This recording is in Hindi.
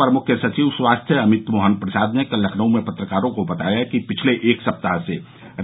अपर मुख्य सचिव स्वास्थ्य अमित मोहन प्रसाद ने कल लखनऊ में पत्रकारों को बताया कि पिछले एक सप्ताह से